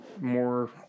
more